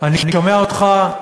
אני שומע אותך,